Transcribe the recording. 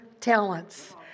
talents